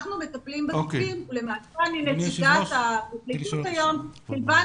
אנחנו מטפלים בתיקים ולמעשה אני נציגת הפרקליטות היום כיוון